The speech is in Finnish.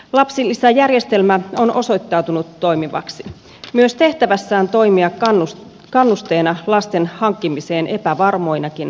lapsilisäjärjestelmä on osoittautunut toimivaksi myös tehtävässään toimia kannusteena lasten hankkimiseen epävarmoinakin aikoina